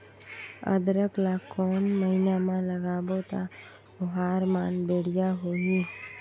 अदरक ला कोन महीना मा लगाबो ता ओहार मान बेडिया होही?